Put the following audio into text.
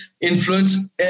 influence